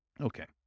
Okay